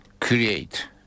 create